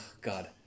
God